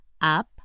up